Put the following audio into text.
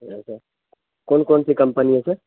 ہاں سر کون کون سی کمپنی ہے سر